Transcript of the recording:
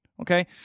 okay